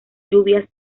lluvias